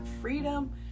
freedom